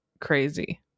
crazy